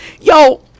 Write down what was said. Yo